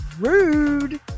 rude